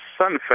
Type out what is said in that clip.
Sunfest